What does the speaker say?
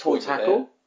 tackle